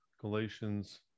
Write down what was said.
galatians